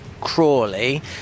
Crawley